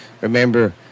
Remember